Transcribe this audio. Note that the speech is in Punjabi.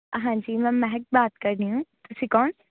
ਹਾਂਜੀ ਮੈਂ ਮਹਿਕ ਬਾਤ ਕਰ ਰਹੀ ਹੂੰ ਤੁਸੀਂ ਕੌਣ